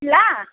ಇಡಲಾ